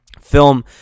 film